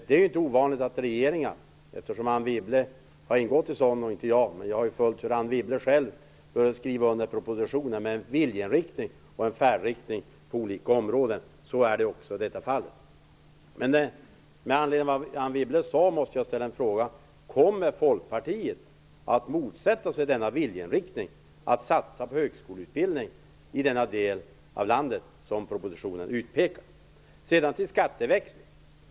Det är inte ovanligt att regeringar - Anne Wibble har ingått i en regering, inte jag, men jag har följt hur Anne Wibble själv gjort - skriver under propositioner med en viljeinriktning och en färdriktning på olika områden. Så är det också i det här fallet. Med anledning av vad Anne Wibble sade måste jag ställa en fråga: Kommer Folkpartiet att motsätta sig denna viljeinriktning, att satsa på högskoleutbildning i den del av landet som i propositionen utpekas? Sedan till skatteväxling.